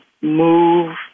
move